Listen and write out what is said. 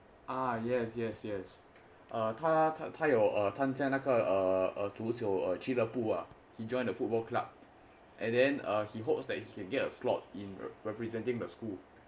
ah yes yes yes uh 他他他有哦参加那个足球俱乐部:ta ta ta you o can jia na ge zuju qiu ju le bu ah he joined the football club and then err he hopes that he can get a slot in representing the school